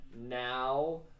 Now